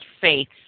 faith